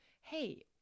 hey